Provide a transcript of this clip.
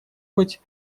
быть